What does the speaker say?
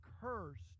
cursed